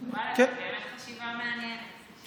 זאת באמת חשיבה מעניינת,